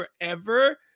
forever